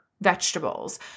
vegetables